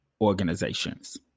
organizations